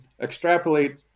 extrapolate